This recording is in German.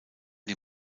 die